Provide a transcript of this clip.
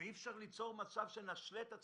אי אפשר להשלות את עצמנו.